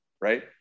right